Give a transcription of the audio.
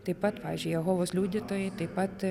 taip pat pavyzdžiui jehovos liudytojai taip pat